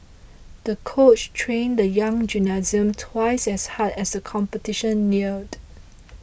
the coach trained the young gymnast twice as hard as the competition neared